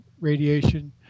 radiation